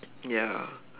ya